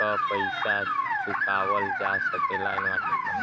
क पइसा चुकावल जा सकला